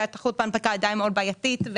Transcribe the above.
היא שהתחרות בהנפקה עדיין מאוד בעייתית,